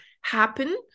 happen